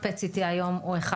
PET-CT היום הוא אחד